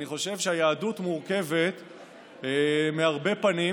אני חושב שהיהדות מורכבת מהרבה פנים,